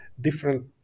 different